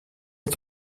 est